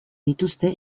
dituzte